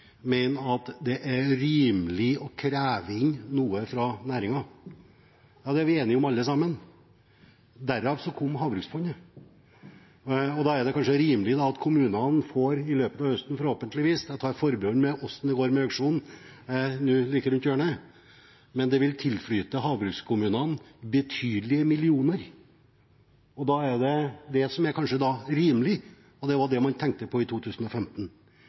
mener at det er rimelig å kreve inn noe fra næringen. Ja, det er vi enige om alle sammen. Derav kom Havbruksfondet. Da er det kanskje rimelig at det i løpet av høsten, forhåpentligvis – jeg tar forbehold om hvordan det går med auksjonen som er like rundt hjørnet – vil tilflyte havbrukskommunene betydelige millioner. Det er kanskje det som er rimelig, og det var det man tenkte på i 2015.